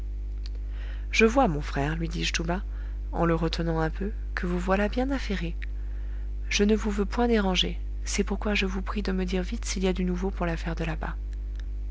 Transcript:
je vois mon frère lui dis-je tout bas en le retenant un peu que vous voilà bien affairé je ne vous veux point déranger c'est pourquoi je vous prie de me dire vite s'il y a du nouveau pour l'affaire de là-bas